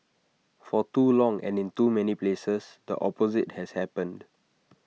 for too long and in too many places the opposite has happened